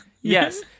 Yes